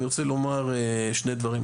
אני רוצה לומר שני דברים,